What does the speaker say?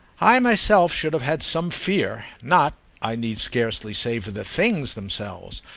i myself should have had some fear not, i need scarcely say, for the things themselves,